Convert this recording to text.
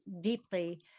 deeply